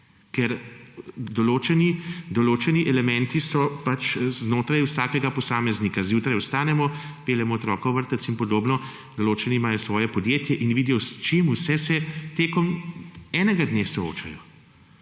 ker določeni elementi so znotraj vsakega posameznika. Zjutraj vstanemo, peljemo otroka v vrtec in podobno, določeni imajo svoje podjetje in vidijo, s čim vse se tekom enega dne soočajo.